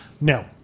No